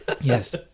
Yes